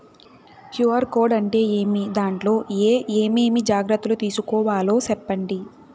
QR code అంటే ఏమి? దాంట్లో ఏ ఏమేమి జాగ్రత్తలు తీసుకోవాలో సెప్పండి?